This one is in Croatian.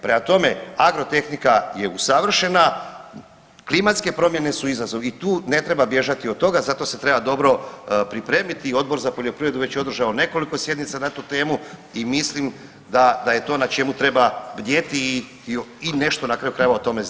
Prema tome, agrotehnika je usavršena, klimatske su promjene izazov i tu ne treba bježati od toga, za to se treba dobro pripremiti i Odbor za poljoprivredu već je održao nekoliko sjednica na tu temu i mislim da je to na čemu treba bdjeti i nešto na kraju krajeva o tome znati.